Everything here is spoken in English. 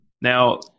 Now